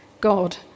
God